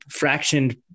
fractioned